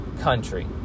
country